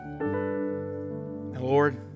Lord